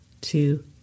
two